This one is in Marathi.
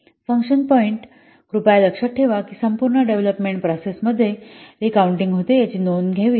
फंक्शन पॉईंट्स कृपया लक्षात ठेवा की संपूर्ण डेव्हलपमेंट प्रोसेस मध्ये रिकॉऊंटिंग होते याची नोंद घ्यावी